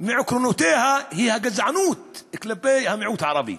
מעקרונותיה זה הגזענות כלפי המיעוט הערבי.